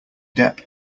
depp